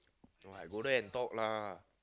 no I go there and talk lah